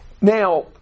Now